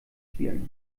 spielen